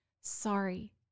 sorry